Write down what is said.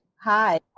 Hi